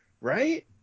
right